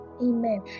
Amen